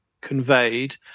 conveyed